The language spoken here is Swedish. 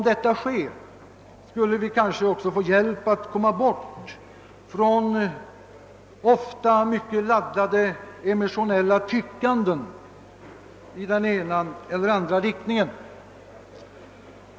Härigenom skulle vi kanske också få hjälp att komma bort från ofta mycket laddade emotionella tyckanden i den ena eller andra riktningen.